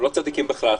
לא צדיקים בכלל.